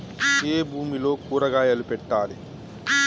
ఏ భూమిలో కూరగాయలు పెట్టాలి?